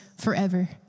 forever